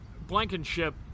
Blankenship